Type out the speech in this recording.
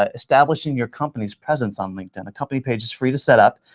ah establishing your company's presence on linkedin. a company page is free to set up,